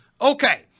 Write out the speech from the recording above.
Okay